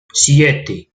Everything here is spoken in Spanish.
siete